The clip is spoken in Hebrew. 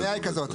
הקביעה היא כזאת.